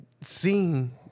seeing